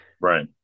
Right